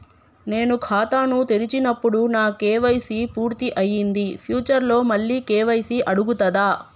నేను ఖాతాను తెరిచినప్పుడు నా కే.వై.సీ పూర్తి అయ్యింది ఫ్యూచర్ లో మళ్ళీ కే.వై.సీ అడుగుతదా?